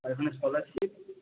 আর ওখানে স্কলারশিপ